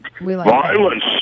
Violence